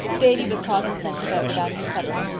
davy was caught and sent to bed without any supper.